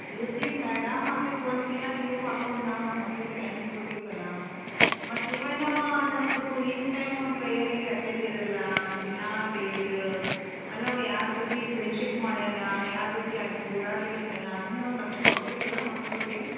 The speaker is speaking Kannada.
ಇರಲಿ ಮೇಡಮ್ ಅದಕ್ಕೆ ಒಂದಿನ ಲೀವ್ ಹಾಕೊಂಡು ನಾವು ನಮ್ಮ ಮಕ್ಳಿಗೆ ಟೈಮ್ ಕೋಡಬೇಕಲ್ಲ ಮತ್ತು ಇವನ ಅವಾ ನಮ್ಮದು ಇನ್ ಟೈಮು ಪ್ರೇಯರೀಗೆ ಅಟೆಂಡ್ ಇರೋಲ್ಲ ದಿನಾ ಲೇಟ್ ಅಲ್ಲ ಅವು ಯಾರ ಜೊತೆ ಫ್ರೆಂಡ್ಶೀಪ್ ಮಾಡ್ಯಾನ ಯಾರ ಜೊತೆ ಆಡಿ ಒಡಾಡ್ಲಿಕ್ಕೆ ಅತನ ಅದೂನು ನಾವು ಲಕ್ಷ್ಯ ಕೋಡಬೇಕಲ್ಲ ಮಕ್ಳ ಬಗ್ಗೆ